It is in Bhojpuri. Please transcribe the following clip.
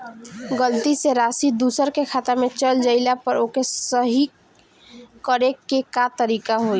गलती से राशि दूसर के खाता में चल जइला पर ओके सहीक्ष करे के का तरीका होई?